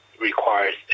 requires